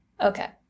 Okay